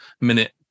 minute